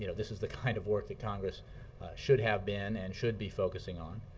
you know this is the kind of work that congress should have been and should be focusing on,